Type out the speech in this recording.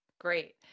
great